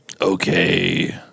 Okay